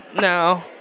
No